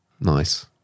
Nice